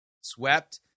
swept